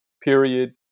period